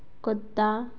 कुत्ता